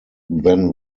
then